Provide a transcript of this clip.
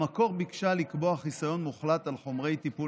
במקור ביקשה לקבוע חיסיון מוחלט על חומרי טיפול